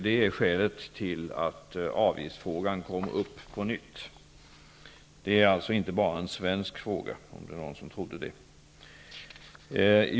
Det är skälet till att avgiftsfrågan kom upp på nytt. Det är alltså inte enbart en svensk fråga, om det nu var någon som trodde det.